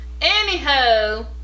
anyhow